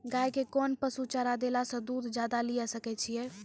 गाय के कोंन पसुचारा देला से दूध ज्यादा लिये सकय छियै?